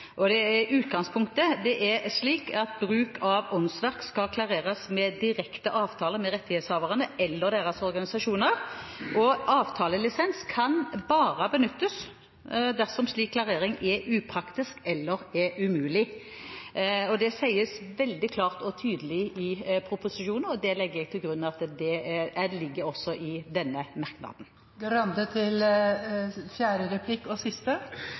Utgangspunktet er at bruk av åndsverk skal klareres i direkte avtale med rettighetshaverne eller deres organisasjoner. Avtalelisens kan bare benyttes dersom slik klarering er upraktisk eller umulig. Det sies veldig klart og tydelig i proposisjonen, og jeg legger til grunn at det også ligger i denne merknaden. Jeg er enig med statsråden og er glad for den presiseringen. En siste